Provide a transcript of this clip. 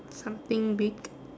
something big